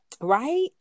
right